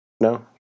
No